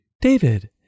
David